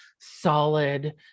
solid